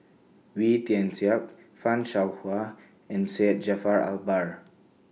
Wee Tian Siak fan Shao Hua and Syed Jaafar Albar